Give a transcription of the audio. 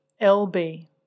LB